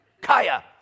Kaya